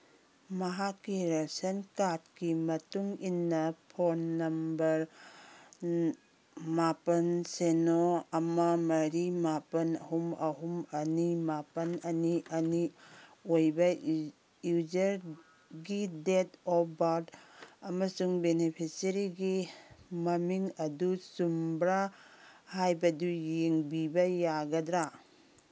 ꯃꯍꯥꯛꯀꯤ ꯔꯦꯁꯟ ꯀꯥꯔꯠꯀꯤ ꯃꯇꯨꯡꯏꯟꯅ ꯐꯣꯟ ꯅꯝꯕꯔ ꯃꯥꯄꯟ ꯁꯤꯅꯣ ꯑꯃ ꯃꯔꯤ ꯃꯥꯄꯟ ꯑꯍꯨꯝ ꯑꯍꯨꯝ ꯑꯅꯤ ꯃꯥꯄꯟ ꯑꯅꯤ ꯑꯅꯤ ꯑꯣꯏꯕ ꯌꯨꯖꯔꯒꯤ ꯗꯦꯠ ꯑꯣꯐ ꯕꯥꯔꯠ ꯑꯃꯁꯨꯡ ꯕꯤꯅꯤꯐꯤꯁꯔꯤꯒꯤ ꯃꯃꯤꯡ ꯑꯗꯨ ꯆꯨꯝꯕ꯭ꯔꯥ ꯍꯥꯏꯕꯗꯨ ꯌꯦꯡꯕꯤꯕ ꯌꯥꯒꯗ꯭ꯔꯥ